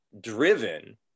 driven